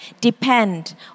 Depend